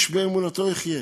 איש באמונתו יחיה.